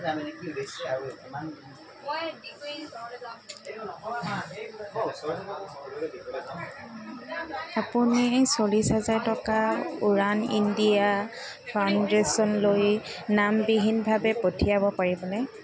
আপুনি চল্লিছ হেজাৰ টকা উড়ান ইণ্ডিয়া ফাউণ্ডেশ্যনলৈ নামবিহীনভাৱে পঠিয়াব পাৰিবনে